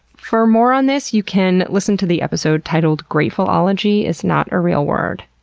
for more on this, you can listen to the episode entitled grateful-ology is not a real word,